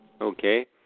Okay